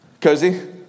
Cozy